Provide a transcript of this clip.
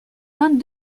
vingt